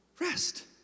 Rest